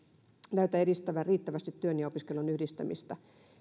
näytä edistävän riittävästi työn ja opiskelun yhdistämistä